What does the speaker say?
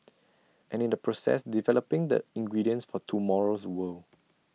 and in the process developing the ingredients for tomorrow's world